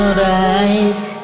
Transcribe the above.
right